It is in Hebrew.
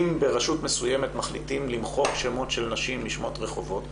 אם ברשות מסוימת מחליטים למחוק שמות של נשים משמות רחובות,